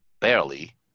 barely